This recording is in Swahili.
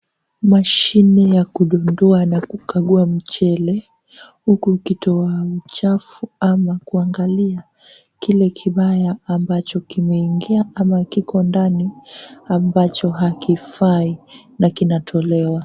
Mashine ya kukududua na kukagua mchele huku ikitoa uchafu ama kuangalia kile kibaya ambacho kimeingia ama kiko ndani ambacho hakifai na kinatolewa.